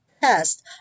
test